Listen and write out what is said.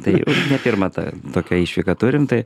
tai ne pirmą tą tokią išvyką turim tai